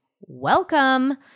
Welcome